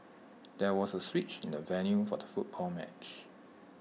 there was A switch in the venue for the football match